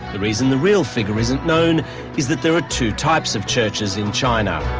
the reason the real figure isn't known is that there are two types of churches in china.